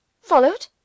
Followed